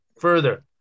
further